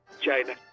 China